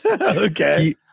Okay